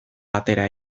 batera